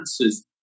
answers